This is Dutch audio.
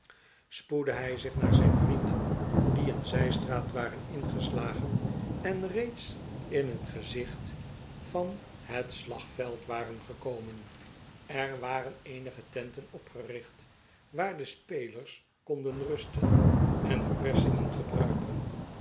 spoedde hij zich naar zijn vrienden die een zijstraat waren ingeslagen en reeds in net gezicht van het slagveld waren gekomen er waren eenige tenten opgericht waarin de spelers konden rusten en ververschingen gebruiken